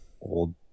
old